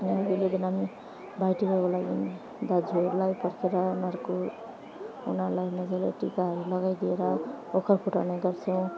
अनि अघिल्लो दिन हामी भाइटिकाको लागि दाजुहरूलाई फर्केर उनीहरूको उनीहरूलाई मजाले टिकाहरू लगाइदिएर ओखर फुटाउने गर्छौँ